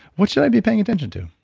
what should i be paying attention to?